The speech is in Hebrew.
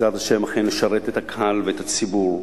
בעזרת השם, אכן לשרת את הקהל ואת הציבור,